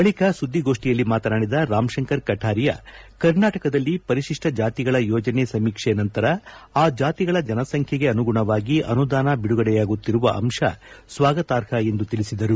ಬಳಿಕ ಸುದ್ದಿಗೋಷ್ಠಿಯಲ್ಲಿ ಮಾತನಾಡಿದ ರಾಮ್ ಶಂಕರ್ ಕಟಾರಿಯಾ ಕರ್ನಾಟಕದಲ್ಲಿ ಪರಿಶಿಷ್ಟ ಜಾತಿಗಳ ಯೋಜನೆ ಸಮೀಕ್ಷೆ ನಂತರ ಆ ಜಾತಿಗಳ ಜನಸಂಖ್ಯೆಗೆ ಅನುಗುಣವಾಗಿ ಅನುದಾನ ಬಿಡುಗಡೆಯಾಗುತ್ತಿರುವ ಅಂತ ಸ್ವಾಗತಾರ್ಹ ಎಂದು ತಿಳಿಸಿದರು